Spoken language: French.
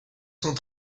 sont